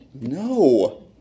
No